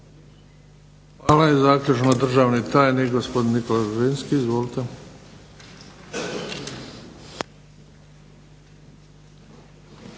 Hvala. I zaključno državni tajni gospodin Nikola Ružinski. Izvolite.